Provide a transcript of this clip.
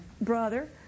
brother